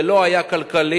זה לא היה כלכלי,